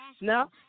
No